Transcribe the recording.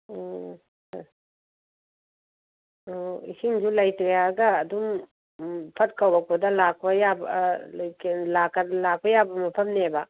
ꯎꯝ ꯑꯣ ꯏꯁꯤꯡꯁꯨ ꯂꯩꯇꯔꯦ ꯍꯥꯏꯔꯒ ꯑꯗꯨꯝ ꯐꯠ ꯀꯧꯔꯛꯄꯗ ꯂꯥꯛꯄ ꯌꯥꯕ ꯂꯥꯛꯄ ꯌꯥꯕ ꯃꯐꯝꯅꯦꯕ